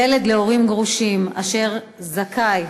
ילד להורים גרושים אשר זכאי